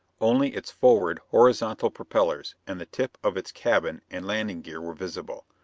only its forward horizontal propellers and the tip of its cabin and landing gear were visible,